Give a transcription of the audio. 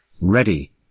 Ready